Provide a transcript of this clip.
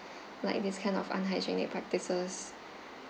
like this kind of unhygienic practices